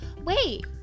wait